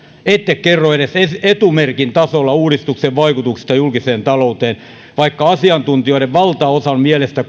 ette kerro edes etumerkin tasolla uudistuksen vaikutuksista julkiseen talouteen vaikka asiantuntijoista valtaosan mielestä